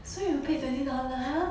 so you paid twenty dollars